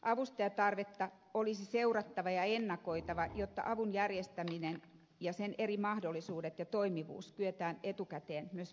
avustajatarvetta olisi seurattava ja ennakoitava jotta avun järjestäminen ja sen eri mahdollisuudet ja toimivuus kyetään etukäteen myös vertailemaan